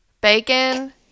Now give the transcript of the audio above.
bacon